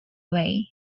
way